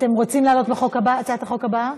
אתם רוצים לעלות בהצעת החוק הבאה?